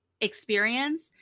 experience